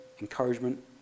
encouragement